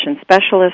specialist